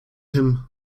him